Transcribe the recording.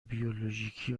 بیولوژیکی